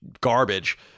garbage